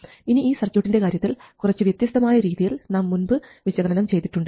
ഇനി ഈ സർക്യൂട്ടിൻറെ കാര്യത്തിൽ കുറച്ചു വ്യത്യസ്തമായ രീതിയിൽ നാം മുൻപ് വിശകലനം ചെയ്തിട്ടുണ്ട്